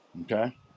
okay